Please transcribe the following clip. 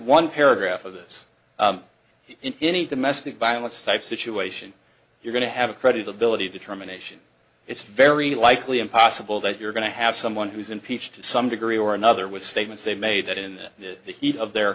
one paragraph of this in any domestic violence type situation you're going to have a credibility determination it's very likely impossible that you're going to have someone who's impeached to some degree or another with statements they made that in the heat of their